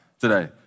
today